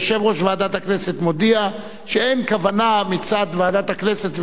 יושב-ראש ועדת הכנסת מודיע שאין כוונה מצד ועדת הכנסת,